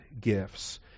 gifts